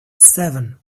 seven